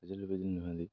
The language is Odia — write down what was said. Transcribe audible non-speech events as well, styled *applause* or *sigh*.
*unintelligible*